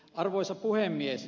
arvoisa puhemies